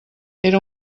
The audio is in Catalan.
era